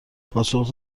پاسخ